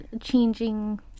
changing